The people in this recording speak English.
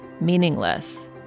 meaningless